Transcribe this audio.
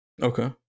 Okay